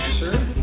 sure